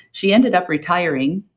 she ended up retiring.